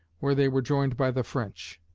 where they were joined by the french.